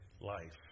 life